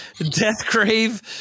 Deathgrave